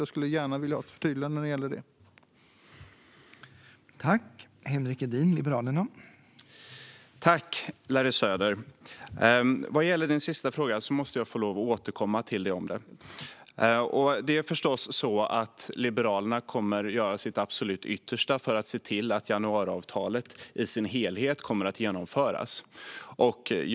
Jag skulle gärna vilja ha ett förtydligande när det gäller detta.